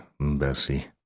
Bessie